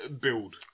build